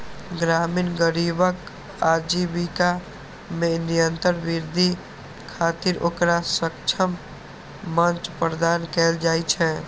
ग्रामीण गरीबक आजीविका मे निरंतर वृद्धि खातिर ओकरा सक्षम मंच प्रदान कैल जाइ छै